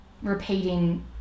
repeating